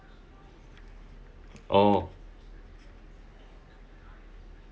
oh